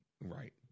Right